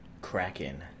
Kraken